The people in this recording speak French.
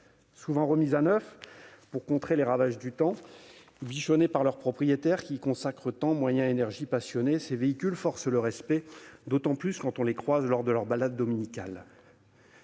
Souvent remises à neuf pour contrer les ravages du temps, bichonnées par leurs propriétaires qui y consacrent temps, moyens et énergie passionnée, ces véhicules forcent le respect, d'autant plus quand on les croise lors de leurs balades dominicales.